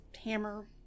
hammer